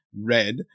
red